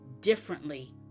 differently